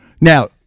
Now